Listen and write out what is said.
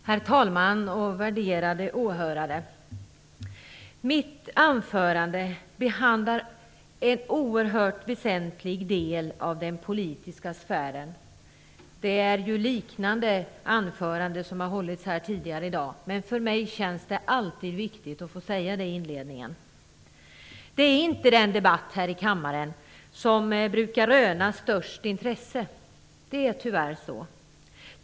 Herr talman! Värderade åhörare! Mitt anförande behandlar en oerhört väsentlig del av den politiska sfären. Liknande anföranden har hållits här tidigare i dag, men för mig känns det alltid viktigt att få säga det i inledningen. Det är inte den debatt här i kammaren som brukar röna störst intresse. Det är tyvärr så.